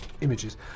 images